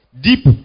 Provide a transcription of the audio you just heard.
deep